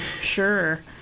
Sure